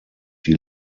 die